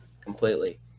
completely